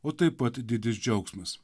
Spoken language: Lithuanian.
o taip pat didis džiaugsmas